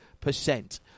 percent